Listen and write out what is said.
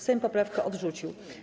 Sejm poprawkę odrzucił.